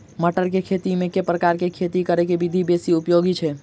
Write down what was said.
मटर केँ खेती मे केँ प्रकार केँ खेती करऽ केँ विधि बेसी उपयोगी छै?